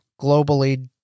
globally